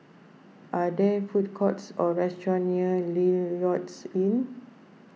are there food courts or restaurants near Lloyds Inn